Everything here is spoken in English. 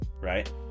right